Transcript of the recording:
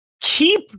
Keep